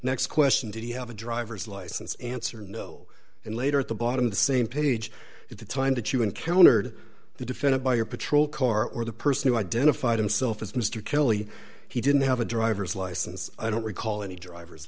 next question did he have a driver's license answer no and later at the bottom of the same page at the time that you encountered the defendant by your patrol car or the person who identified himself as mr kelly he didn't have a driver's license i don't recall any driver